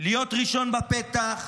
להיות ראשון בפתח,